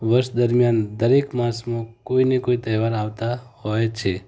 વર્ષ દરમ્યાન દરેક માસમાં કોઈને કોઈ તહેવાર આવતા હોય છે